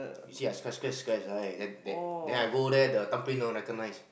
you see I scratch scratch scratch right then then then I got there the thumbprint don't recognise